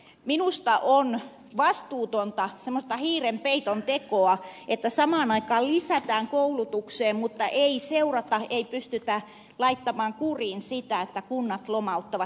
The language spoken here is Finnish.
minusta on vastuutonta semmoista hiiren peiton tekoa että samaan aikaan lisätään koulutukseen mutta ei seurata eikä pystytä laittamaan kuriin sitä että kunnat lomauttavat